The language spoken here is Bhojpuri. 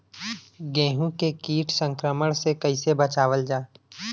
गेहूँ के कीट संक्रमण से कइसे बचावल जा?